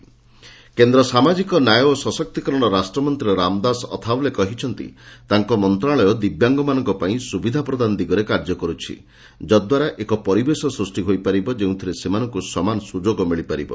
ଅଥାବଲେ ଦିବ୍ୟାଙ୍ଗ କେନ୍ଦ ସାମାଜିକ ନ୍ୟାୟ ଓ ସଶକ୍ତିକରଣ ରାଷ୍ଟମନ୍ତୀ ରାମଦାସ ଅଥାବଲେ କହିଛନ୍ତି ତାଙ୍କ ମନ୍ତଶାଳୟ ଦିବ୍ୟାଙ୍ଗମାନଙ୍କ ପାଇଁ ସୁବିଧା ପ୍ରଦାନ ଦିଗରେ କାର୍ଯ୍ୟ କରୁଛି ଯାହାଦ୍ୱାରା ଏକ ପରିବେଶ ସୂଷ୍ୟ ହୋଇ ପାରିବ ଯେଉଁଥିରେ ସେମାନଙ୍କୁ ସମାନ ସ୍ୱଯୋଗ ମିଳିପାରିବ